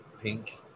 pink